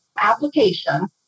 application